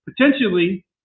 potentially